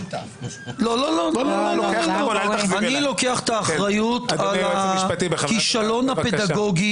אני לוקח את האחריות על הכישלון הפדגוגי